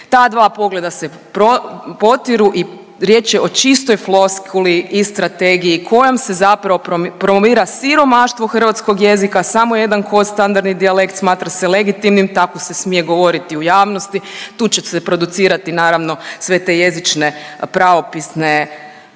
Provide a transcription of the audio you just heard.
Ta dva pogleda se potiru i riječ je o čistoj floskuli i strategiji kojom se zapravo promovira siromaštvo hrvatskog jezika samo jedan kod standardni dijalekt smatra se legitimnim, tako se smije govoriti u javnosti, tu će se producirati, naravno, sve te jezične, pravopisne